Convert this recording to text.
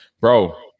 Bro